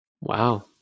Wow